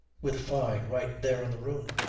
with fyne right there in the room?